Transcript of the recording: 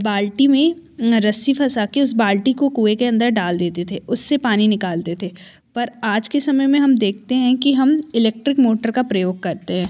बाल्टी में रस्सी फसा कर उस बाल्टी को कुएँ के अंदर डाल देते थे उससे पानी निकालते थे पर आज के समय में हम देखते हैं कि हम इलेक्ट्रिक मोटर का प्रयोग करते हैं